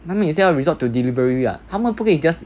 他们也是要 resort to delivery [what] 他们不可以 just